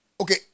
Okay